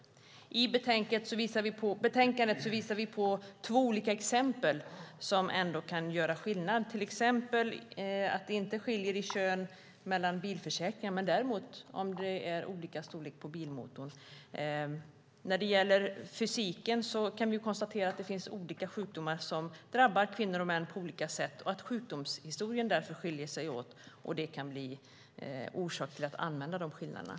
I betänkandet visar vi två olika exempel som kan göra skillnad. Det skiljer inte mellan bilförsäkringar vad gäller kön men däremot om det är olika storlek på bilmotorn. När det gäller fysiken kan vi konstatera att det finns olika sjukdomar som drabbar kvinnor och män på olika sätt och att sjukdomshistorien därför skiljer sig åt. Det kan vara orsak till att använda de skillnaderna.